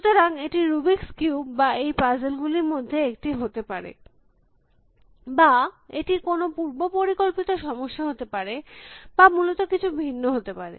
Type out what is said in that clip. সুতরাং এটি Rubik's cube বা এই পাজেল গুলির মধ্যে একটি হতে পারে বা এটি কোনো পূর্ব পরিকল্পিত সমস্যা হতে পারে বা মূলত কিছু ভিন্ন হতে পারে